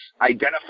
Identify